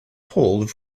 pulled